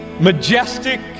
majestic